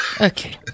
Okay